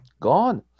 Gone